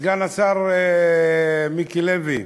סגן השר מיקי לוי,